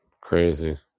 Crazy